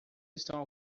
estão